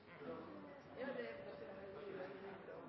ja. Det er